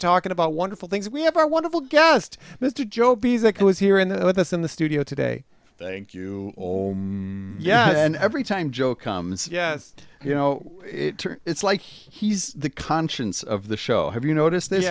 talking about wonderful things we have our wonderful guest mr joe b s it was here in the us in the studio today thank you or yeah and every time joe comes yes you know it's like he's the conscience of the show have you noticed th